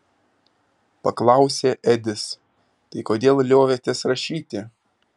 paklausė edis tai kodėl liovėtės rašyti